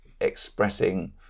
expressing